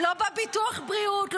לא בביטוח בריאות.